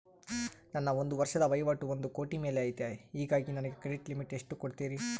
ನನ್ನ ಒಂದು ವರ್ಷದ ವಹಿವಾಟು ಒಂದು ಕೋಟಿ ಮೇಲೆ ಐತೆ ಹೇಗಾಗಿ ನನಗೆ ಕ್ರೆಡಿಟ್ ಲಿಮಿಟ್ ಎಷ್ಟು ಕೊಡ್ತೇರಿ?